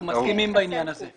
מסכימים בעניין הזה.